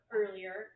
earlier